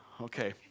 Okay